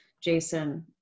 Jason